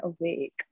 awake